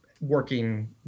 working